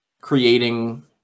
creating